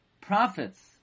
prophets